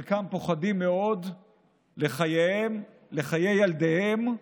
חלקם פוחדים מאוד לחייהם, לחיי ילדיהם.